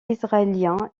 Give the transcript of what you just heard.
israélien